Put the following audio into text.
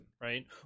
right